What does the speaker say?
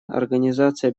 организации